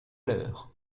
l’heure